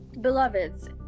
Beloveds